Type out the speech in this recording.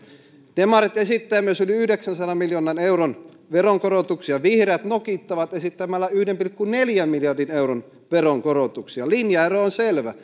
demarit esittävät myös yli yhdeksänsadan miljoonan euron veronkorotuksia vihreät nokittavat esittämällä yhden pilkku neljän miljardin euron veronkorotuksia linjaero on selvä